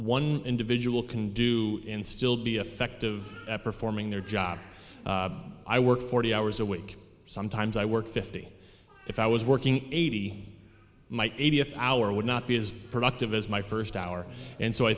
one individual can do and still be effective at performing their job i work forty hours a week sometimes i work fifty if i was working eighty hour would not be as productive as my first hour and so i